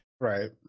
Right